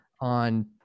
on